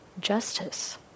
justice